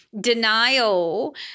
denial